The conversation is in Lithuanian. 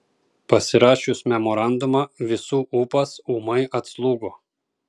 pasirašius memorandumą visų ūpas ūmai atslūgo